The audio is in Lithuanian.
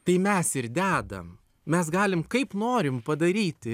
tai mes ir dedam mes galim kaip norim padaryti